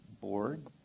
Board